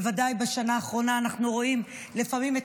בוודאי בשנה האחרונה אנחנו רואים לפעמים את